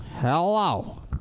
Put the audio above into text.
Hello